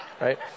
Right